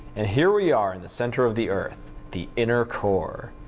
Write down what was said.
and here we are in the center of the earth. the inner core.